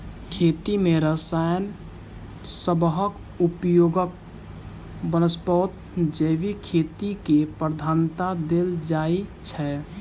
खेती मे रसायन सबहक उपयोगक बनस्पैत जैविक खेती केँ प्रधानता देल जाइ छै